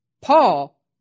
Paul